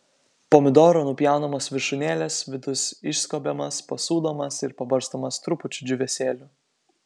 pomidorų nupjaunamos viršūnėlės vidus išskobiamas pasūdomas ir pabarstomas trupučiu džiūvėsėlių